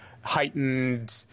heightened